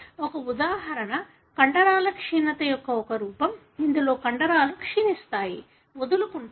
ఒక ఉదాహరణ కండరాల క్షీణత యొక్క ఒక రూపం ఇందులో కండరాలు క్షీణిస్తాయి వదులుకుంటాయి